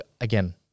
again